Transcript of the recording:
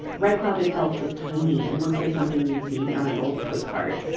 red cloud itself is tiny and looks like something you'd see on an old postcard.